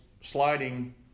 sliding